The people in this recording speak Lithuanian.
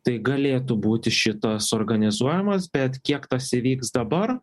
tai galėtų būti šitas organizuojamas bet kiek tas įvyks dabar